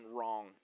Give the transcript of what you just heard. wrong